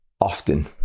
often